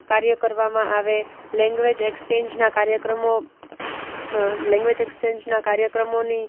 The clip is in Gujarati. કાર્ય કરવામાં આવે લેંગ્વેજ એક્સ્ચેન્જના કાર્યક્રમો લેંગ્વેજ એક્સ્ચેન્જના કાર્યક્રમોની